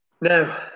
Now